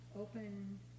open